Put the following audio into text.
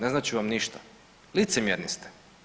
Ne znači vam ništa, licemjerni ste.